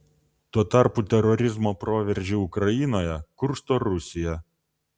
tuo tarpu terorizmo proveržį ukrainoje kursto rusija